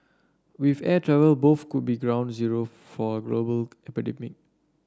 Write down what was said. with air travel both could be ground zero for a global epidemic